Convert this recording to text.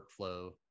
workflow